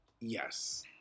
Yes